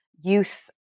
youth